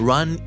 Run